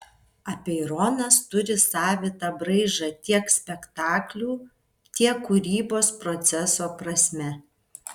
apeironas turi savitą braižą tiek spektaklių tiek kūrybos proceso prasme